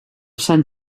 sant